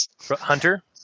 Hunter